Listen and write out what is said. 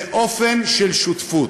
זה אופן של שותפות.